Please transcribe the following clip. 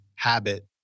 habit